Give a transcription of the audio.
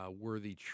worthy